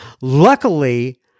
Luckily